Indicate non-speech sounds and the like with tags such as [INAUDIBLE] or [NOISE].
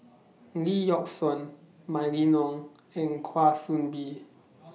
Lee Yock Suan Mylene Ong and Kwa Soon Bee [NOISE]